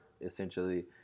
essentially